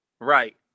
Right